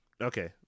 Okay